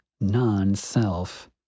non-self